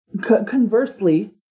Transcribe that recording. Conversely